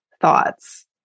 thoughts